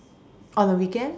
on the weekend